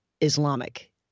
Islamic